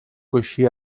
coixí